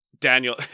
Daniel